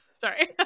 Sorry